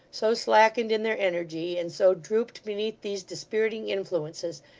so slackened in their energy, and so drooped beneath these dispiriting influences,